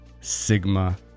sigma